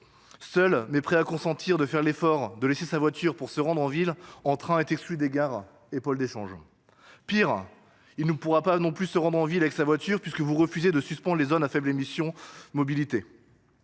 seul mais prêt à consentir de faire l'effort de laisser sa voiture pour se rendre en ville en train est exclu des gares et pôle d'échange Pire il nee pourra pas non plus se rendre en ville avec sa voiture, puisque vous refusez de suspendre les zones à faible émission mobilité.